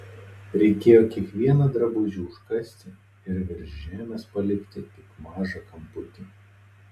reikėjo kiekvieną drabužį užkasti ir virš žemės palikti tik mažą kamputį